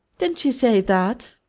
didn't she say that?